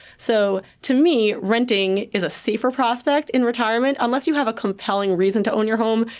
so to me, renting is a safer prospect in retirement. unless you have a compelling reason to own your home,